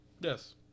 Yes